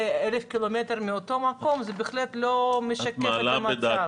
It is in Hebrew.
1,000 קילומטר מאותו מקום זה בהחלט לא משקף את המצב.